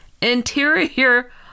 interior